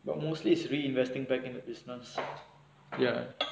but mostly it's reinvesting back into the business ya